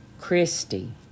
Christy